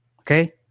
Okay